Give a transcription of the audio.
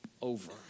over